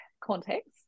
context